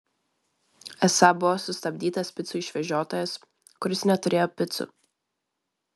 esą buvo sustabdytas picų išvežiotojas kuris neturėjo picų